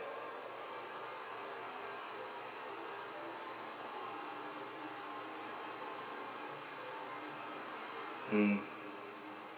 mm